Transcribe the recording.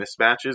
mismatches